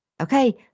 Okay